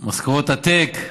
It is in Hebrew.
משכורות עתק,